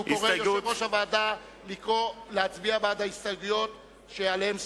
יושב-ראש הוועדה קורא להצביע בעד ההסתייגויות שעליהן סוכם.